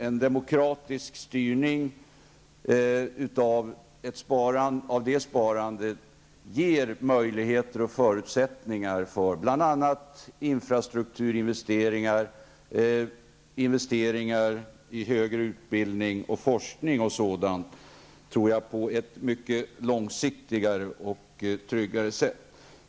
En demokratisk styrning av det sparandet ger möjligheter och förutsättningar för bl.a. infrastrukturinvesteringar, investeringar i högre utbildning och forskning osv. på ett mycket långsiktigare och tryggare sätt.